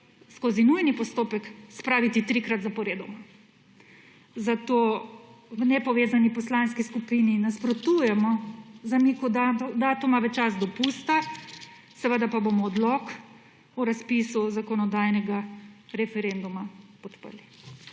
skozi nujni postopek spraviti trikrat zaporedoma. Zato v nepovezani poslanski skupini nasprotujemo zamiku datuma v čas dopusta, seveda pa bomo odlok o razpisu zakonodajnega referenduma podprli.